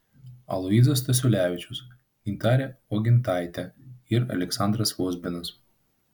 aloyzas stasiulevičius gintarė uogintaitė ir aleksandras vozbinas